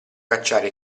cacciare